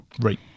Right